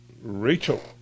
Rachel